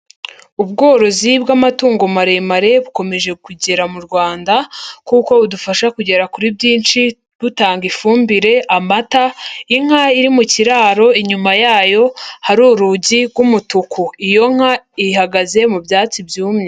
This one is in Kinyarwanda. Ubworozi bw'amatungo maremare bukomeje kugera mu Rwanda kuko budufasha kugera kuri byinshi butanga ifumbire, amata, inka iri mu kiraro inyuma yayo hari urugi rw'umutuku, iyo nka ihagaze mu byatsi byumye.